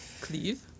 Cleve